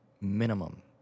minimum